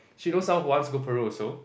she knows someone who wants to go Peru also